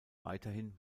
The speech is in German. weiterhin